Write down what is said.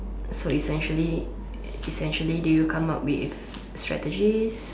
so essentially essentially do you come up with strategies